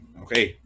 okay